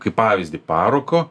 kaip pavyzdį paroko